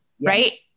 Right